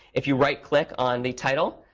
if you right click on the title,